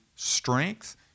strength